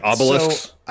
obelisks